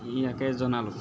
ইয়াকে জনালোঁ